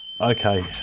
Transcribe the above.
Okay